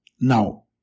Now